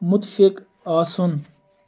مُتفِق آسُن